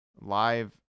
live